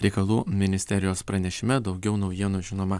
reikalų ministerijos pranešime daugiau naujienų žinoma